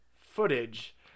footage